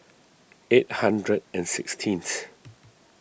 eight hundred and sixteenth